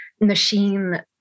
machine